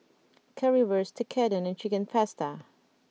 Currywurst Tekkadon and Chicken Pasta